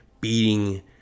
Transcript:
beating